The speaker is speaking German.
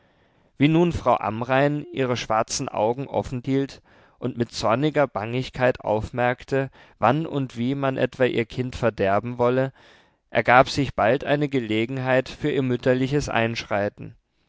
wie nun frau amrain ihre schwarzen augen offenhielt und mit zorniger bangigkeit aufmerkte wann und wie man etwa ihr kind verderben wolle ergab sich bald eine gelegenheit für ihr mütterliches einschreiten